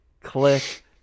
click